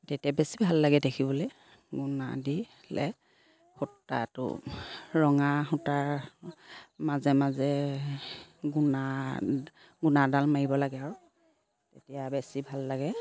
তেতিয়া বেছি ভাল লাগে দেখিবলৈ গুণা দিলে সূতাটো ৰঙা সূতাৰ মাজে মাজে গুণা গুণাডাল মাৰিব লাগে আৰু তেতিয়া বেছি ভাল লাগে